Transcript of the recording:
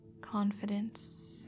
confidence